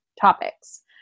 topics